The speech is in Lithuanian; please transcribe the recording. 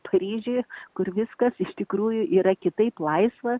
paryžiuj kur viskas iš tikrųjų yra kitaip laisva